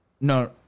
no